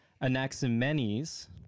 Anaximenes